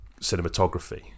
cinematography